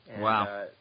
Wow